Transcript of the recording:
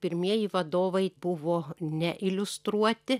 pirmieji vadovai buvo ne iliustruoti